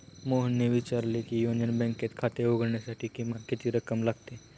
मोहनने विचारले की युनियन बँकेत खाते उघडण्यासाठी किमान किती रक्कम लागते?